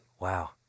Wow